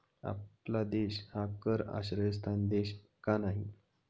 आपला देश हा कर आश्रयस्थान देश का नाही?